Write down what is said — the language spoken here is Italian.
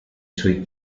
suoi